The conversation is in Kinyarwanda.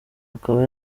akaba